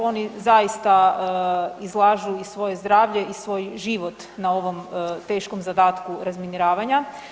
Oni zaista izlažu i svoje zdravlje i svoj život na ovom teškom zadatku razminiravanja.